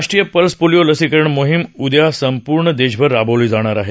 राष्ट्रीय pulse polio लसीकरण मोहिम संपूर्ण देशभर राबवली जाणार आहे